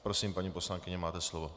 Prosím, paní poslankyně, máte slovo.